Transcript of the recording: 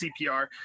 CPR